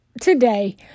today